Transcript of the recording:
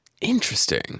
Interesting